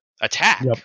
attack